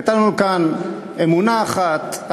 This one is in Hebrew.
הייתה לנו כאן אמונה אחת,